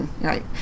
right